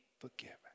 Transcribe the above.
forgiven